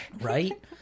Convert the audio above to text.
right